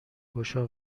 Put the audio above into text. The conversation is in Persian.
گشا